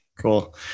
Cool